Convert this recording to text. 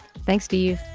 thanks to you.